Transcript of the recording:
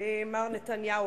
מר נתניהו,